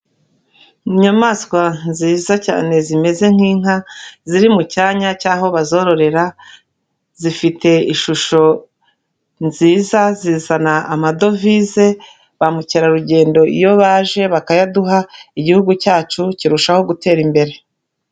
Inyamaswa nziza cyane zimeze nk'inka ziri mu cyanya cy'aho bazororera, zifite ishusho nziza zizana amadovize ba mukerarugendo iyo baje bakayaduha, igihugu cyacu kirushaho gutera imbere.